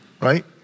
Right